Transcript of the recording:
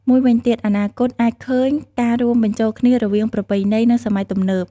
មួយវិញទៀត អនាគតអាចឃើញ ការរួមបញ្ចូលគ្នារវាងប្រពៃណី និងសម័យទំនើប។